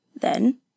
Then